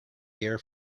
beer